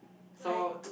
like